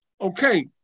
okay